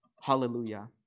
hallelujah